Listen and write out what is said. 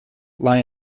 lie